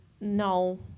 no